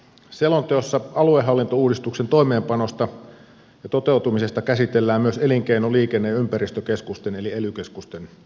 selonteossa aluehallintouudistuksen toimeenpanosta ja toteutumisesta käsitellään myös elinkeino liikenne ja ympäristökeskusten eli ely keskusten toimintaa